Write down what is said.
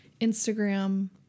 Instagram